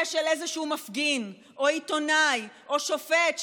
יהיה של איזשהו מפגין או עיתונאי או שופט,